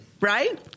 right